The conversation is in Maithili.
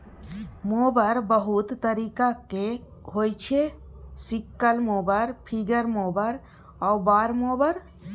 मोबर बहुत तरीकाक होइ छै सिकल मोबर, फिंगर मोबर आ बार मोबर